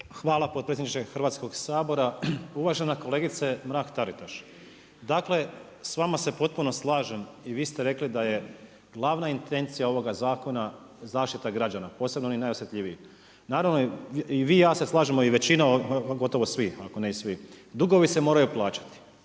Hvala potpredsjedniče Hrvatskog sabora. Uvažena kolegice Mrak-Taritaš, dakle, s vama se potpuno slažem i vi ste rekli da je glavna intencija ovoga zakona, zaštita građana, posebno onih najosjetljivijih. Naravno i vi i ja se slažemo i većina i gotovo svi, ako ne i svi. Dugovi se moraju plaćati